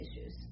issues